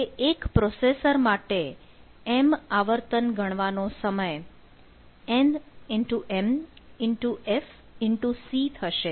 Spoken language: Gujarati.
હવે એક પ્રોસેસર માટે m આવર્તન ગણવાનો સમય nmfc થશે